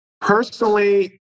Personally